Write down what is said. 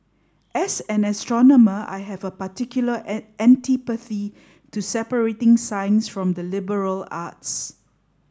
as an astronomer I have a particular an antipathy to separating science from the liberal arts